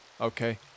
okay